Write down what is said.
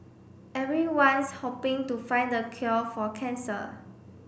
everyone's hoping to find the cure for cancer